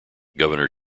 governor